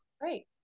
Great